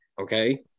okay